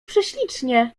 prześlicznie